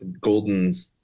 Golden –